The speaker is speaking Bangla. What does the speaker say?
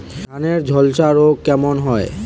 ধানে ঝলসা রোগ কেন হয়?